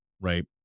Right